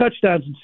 touchdowns